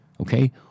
okay